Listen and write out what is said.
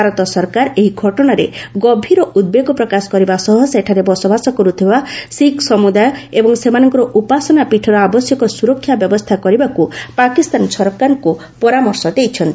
ଭାରତ ସରକାର ଏହି ଘଟଣାରେ ଗଭୀର ଉଦ୍ବେଗ ପ୍ରକାଶ କରିବା ସହ ସେଠାରେ ବସବାସ କରୁଥିବା ଶିଖ୍ ସମୁଦାୟ ଏବଂ ସେମାନଙ୍କର ଉପାସନା ପୀଠର ଆବଶ୍ୟକ ସ୍ୱରକ୍ଷା ବ୍ୟବସ୍ଥା କରିବାକୁ ପାକିସ୍ତାନ ସରକାରଙ୍କୁ ପରାମର୍ଶ ଦେଇଛନ୍ତି